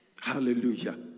Hallelujah